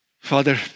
Father